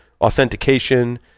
authentication